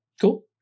Cool